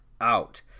out